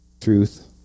truth